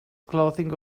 clothing